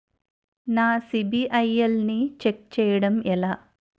నా సిబిఐఎల్ ని ఛెక్ చేయడం ఎలా?